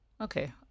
okay